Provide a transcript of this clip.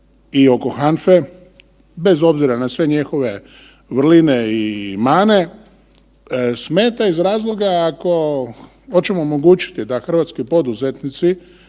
i oko HANFE bez obzira na sve njihove vrline i mane smeta iz razloga ako hoćemo omogućiti da hrvatski poduzetnici